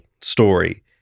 story